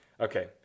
Okay